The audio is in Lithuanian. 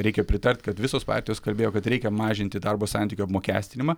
reikia pritart kad visos partijos kalbėjo kad reikia mažinti darbo santykių apmokestinimą